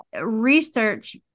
research